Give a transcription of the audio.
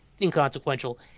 inconsequential